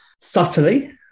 subtly